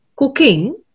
cooking